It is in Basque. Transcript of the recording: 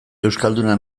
euskalduna